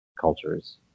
cultures